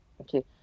Okay